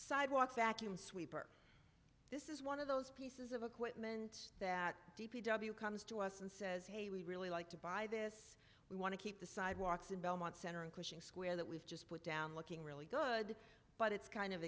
sidewalks vacuum sweeper this is one of those pieces of equipment that d p w comes to us and says hey we really like to buy this we want to keep the sidewalks in belmont center and pushing square that we've just put down looking really good but it's kind of